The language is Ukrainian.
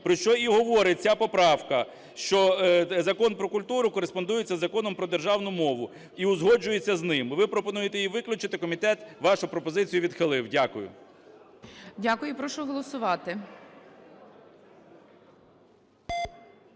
про що і говорить ця поправка, що Закон "Про культуру" кореспондується із Законом про державну мову і узгоджується з ним. Ви пропонуєте її виключити. Комітет вашу пропозицію відхилив. Дякую. ГОЛОВУЮЧИЙ. Дякую і прошу голосувати.